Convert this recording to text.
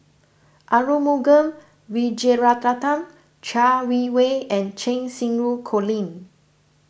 Arumugam Vijiaratnam Chai Yee Wei and Cheng Xinru Colin